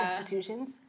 institutions